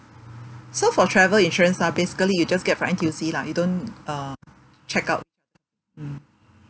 so for travel insurance lah basically you just get from N_T_U_C lah you don't uh check out mm